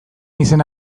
izena